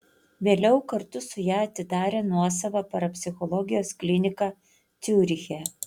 vėliau kartu su ja atidarė nuosavą parapsichologijos kliniką ciuriche